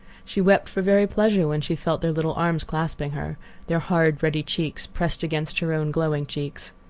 she wept for very pleasure when she felt their little arms clasping her their hard, ruddy cheeks pressed against her own glowing cheeks.